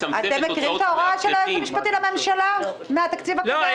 אתם מכירים את ההוראה של היועץ המשפטי לממשלה מהתקציב הקודם?